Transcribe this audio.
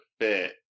fit